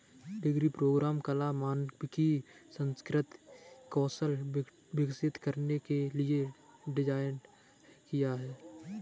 degree programme कला, मानविकी, सांस्कृतिक कौशल विकसित करने के लिए डिज़ाइन किया है